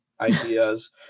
ideas